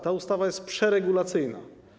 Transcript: Ta ustawa jest przeregulacyjna.